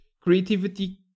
creativity